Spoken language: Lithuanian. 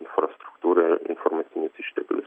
infrastruktūrą informacinius išteklių